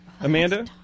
Amanda